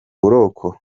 buroko